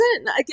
Again